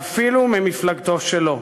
ואפילו ממפלגתו שלו.